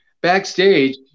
backstage